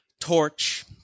torch